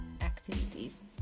activities